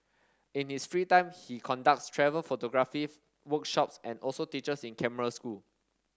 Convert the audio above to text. in his free time he conducts travel photography workshops and also teaches in camera school